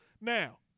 now